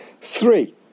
Three